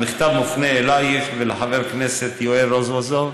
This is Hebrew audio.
המכתב מופנה אלייך ולחבר הכנסת יואל רזבוזוב,